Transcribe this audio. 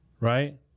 right